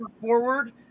forward